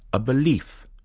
a belief.